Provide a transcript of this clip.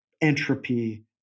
entropy